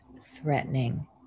threatening